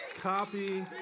copy